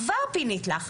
כבר פינית לך.